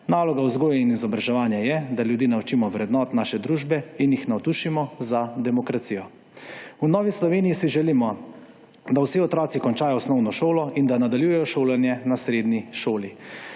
Naloga vzgoje in izobraževanja je, da ljudi naučimo vrednot naše družbe in jih navdušimo za demokracijo. V Novi Sloveniji si želimo, da vsi otroci končajo osnovno šolo in da nadaljujejo šolanje na srednji šoli.